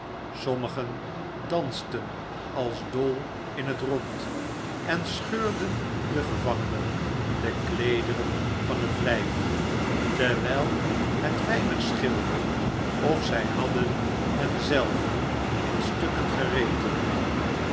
sommigen dansten als dol in het rond en scheurden de gevangenen de kleederen van het lijf terwijl het weinig scheelde of zij hadden hen zelven in stukken gereten